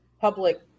public